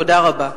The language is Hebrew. תודה רבה.